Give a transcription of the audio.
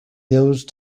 those